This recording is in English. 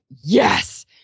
yes